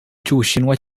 cy’ubushinwa